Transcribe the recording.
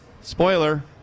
Spoiler